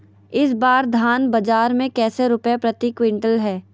इस बार धान बाजार मे कैसे रुपए प्रति क्विंटल है?